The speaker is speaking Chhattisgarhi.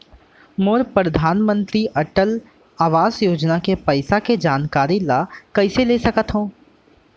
मोर परधानमंतरी अटल आवास योजना के पइसा के जानकारी ल कइसे ले सकत हो?